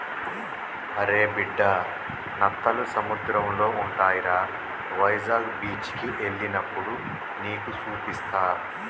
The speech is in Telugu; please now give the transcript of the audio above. అరే బిడ్డా నత్తలు సముద్రంలో ఉంటాయిరా వైజాగ్ బీచికి ఎల్లినప్పుడు నీకు సూపిస్తా